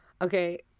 Okay